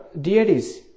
deities